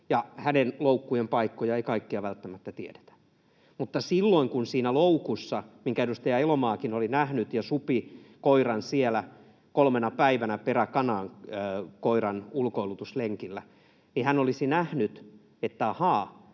hänen loukkujensa paikkoja ei kaikkia välttämättä tiedetä. Mutta silloin, kun siinä loukussa, minkä edustaja Elomaakin oli kolmena päivänä peräkanaa koiran ulkoilutuslenkillä nähnyt ja